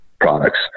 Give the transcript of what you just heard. products